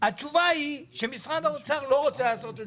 התשובה היא שמשרד האוצר לא רוצה לעשות את